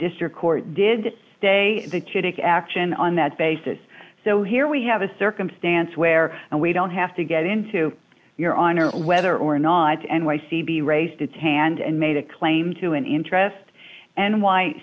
district court did stay the chittick action on that basis so here we have a circumstance where we don't have to get into your honor or whether or not and why c b raised its hand and made a claim to an interest and white